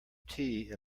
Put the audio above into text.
tea